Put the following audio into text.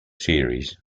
series